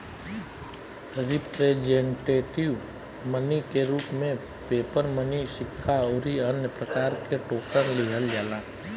representative money के रूप में पेपर मनी सिक्का अउरी अन्य प्रकार के टोकन लिहल जाला